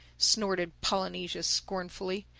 snorted polynesia scornfully.